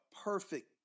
perfect